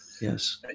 yes